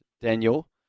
Daniel